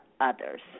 others